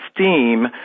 STEAM